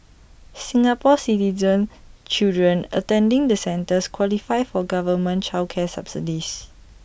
Singapore Citizen children attending the centres qualify for government child care subsidies